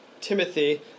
Timothy